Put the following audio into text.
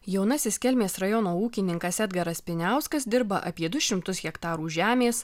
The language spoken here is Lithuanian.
jaunasis kelmės rajono ūkininkas edgaras piniauskas dirba apie du šimtus hektarų žemės